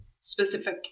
specific